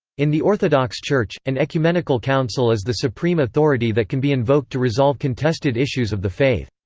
in the orthodox church, an ecumenical council is the supreme authority that can be invoked to resolve contested issues of the faith.